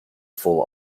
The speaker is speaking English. full